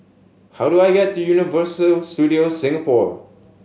how do I get to Universal Studios Singapore